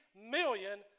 million